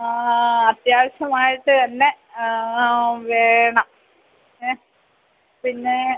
അത്യാവശ്യമായിട്ട് തന്നെ വേണം ഏ പിന്നെ